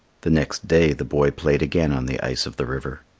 the next day the boy played again on the ice of the river.